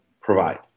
provide